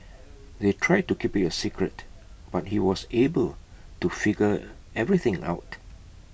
they tried to keep IT A secret but he was able to figure everything out